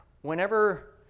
whenever